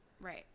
right